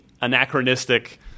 anachronistic